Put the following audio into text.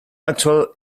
actual